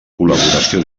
col·laboració